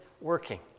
working